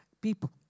people